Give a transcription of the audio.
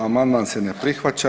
Amandman se ne prihvaća.